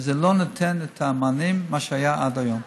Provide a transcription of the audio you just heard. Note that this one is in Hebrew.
וזה לא נותן את המענים של מה שהיה עד היום,